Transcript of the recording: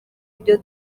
ibyo